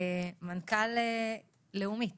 מנכ"ל לאומית